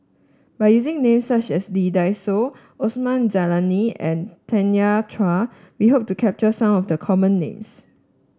by using names such as Lee Dai Soh Osman Zailani and Tanya Chua we hope to capture some of the common names